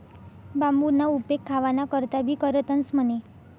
बांबूना उपेग खावाना करता भी करतंस म्हणे